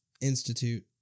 Institute